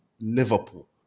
Liverpool